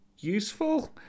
Useful